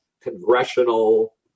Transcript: congressional